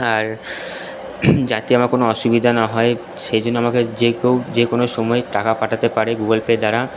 আর যাতে আমার কোনো অসুবিধা না হয় সেই জন্য আমাকে যে কেউ যে কোনো সময়ে টাকা পাঠাতে পারে গুগল পের দ্বারা